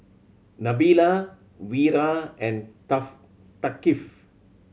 Nabila Wira and Thaqif